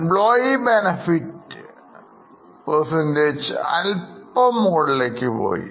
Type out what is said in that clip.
employee benefit സ്വല്പം മുകളിലേക്ക് പോയി